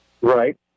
Right